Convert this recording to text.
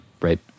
right